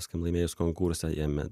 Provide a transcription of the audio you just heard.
skim laimėjus konkursą jame